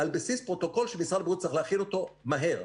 על בסיס פרוטוקול שמשרד הבריאות צריך להכין אותו מהר.